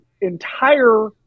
entire